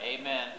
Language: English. Amen